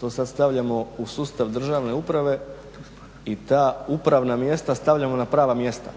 to sad stavljamo u sustav državne uprave i ta upravna mjesta stavljamo na prava mjesta.